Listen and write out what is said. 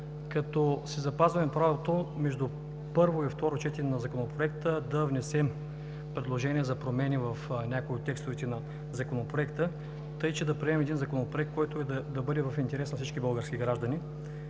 като си запазваме правото между първо и второ четене на Законопроекта да внесем предложения за промени в някои от текстовете на Законопроекта, така че да приемем един закон, който да бъде в интерес на всички български граждани.